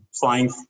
flying